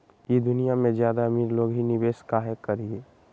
ई दुनिया में ज्यादा अमीर लोग ही निवेस काहे करई?